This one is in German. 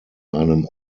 einem